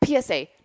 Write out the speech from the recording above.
PSA